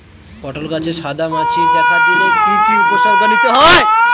পটল গাছে সাদা মাছি দেখা দিলে কি কি উপসর্গ নিতে হয়?